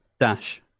Dash